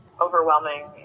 overwhelming